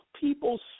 people